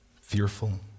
fearful